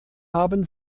haben